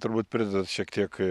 turbūt prideda šiek tiek